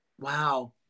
Wow